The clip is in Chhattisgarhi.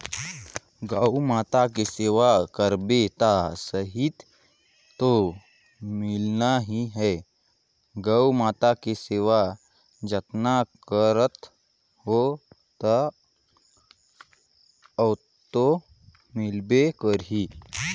गउ माता के सेवा करबे त सांति तो मिलना ही है, गउ माता के सेवा जतन करत हो त ओतो मिलबे करही